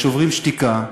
"שוברים שתיקה",